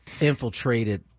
infiltrated